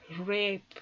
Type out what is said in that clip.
rape